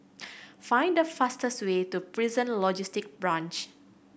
find the fastest way to Prison Logistic Branch